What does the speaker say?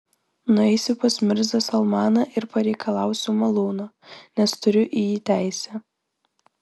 nueisiu pas mirzą salmaną ir pareikalausiu malūno nes turiu į jį teisę